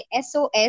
SOS